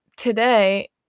Today